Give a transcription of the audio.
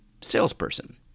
salesperson